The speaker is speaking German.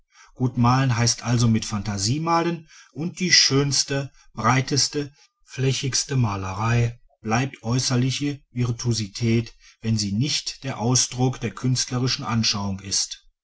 gut malen heißt also mit phantasie malen und die schönste breiteste flächigste malerei bleibt äußerliche virtuosität wenn sie nicht der ausdruck der künstlerischen anschauung ist